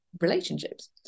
relationships